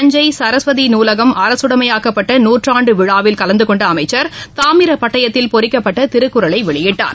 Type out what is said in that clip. தஞ்சை சரஸ்வதி நூலகம் அரசுடமையாக்கப்பட்ட நூற்றாண்டு விழாவில் கலந்தகொண்ட அமைச்சர் தாமிரப்பட்டயத்தில் பொறிக்கப்பட்ட திருக்குறளை வெளியிட்டார்